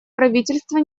правительства